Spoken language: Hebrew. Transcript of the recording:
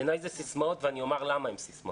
בעיני אלה סיסמאות ואני גם אומר למה הן סיסמאות.